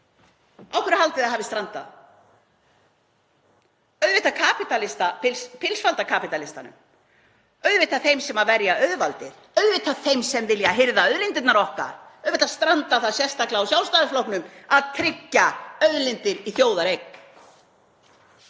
hverju haldið þið að hafi strandað? Auðvitað pilsfaldakapítalismanum. Auðvitað þeim sem verja auðvaldið. Auðvitað þeim sem vilja hirða auðlindirnar okkar. Auðvitað strandar það sérstaklega á Sjálfstæðisflokknum að tryggja auðlindir í þjóðareign.